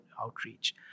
outreach